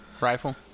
Rifle